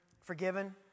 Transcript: forgiven